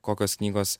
kokios knygos